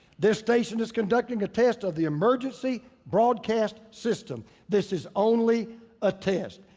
this station is conducting a test of the emergency broadcast system. this is only a test.